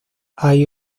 hay